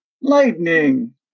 Lightning